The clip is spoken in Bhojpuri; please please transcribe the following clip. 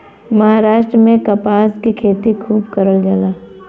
महाराष्ट्र में कपास के खेती खूब करल जाला